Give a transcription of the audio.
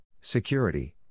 Security